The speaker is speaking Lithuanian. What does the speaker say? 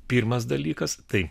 pirmas dalykas tai